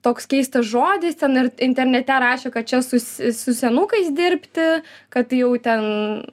toks keistas žodis ten internete rašė kad čia su su senukais dirbti kad jau ten